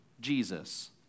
Jesus